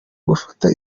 gufata